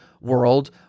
world